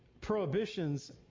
prohibitions